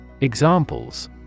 Examples